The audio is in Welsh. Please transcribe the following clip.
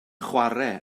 chwarae